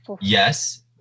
yes